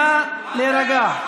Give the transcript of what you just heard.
נא להירגע.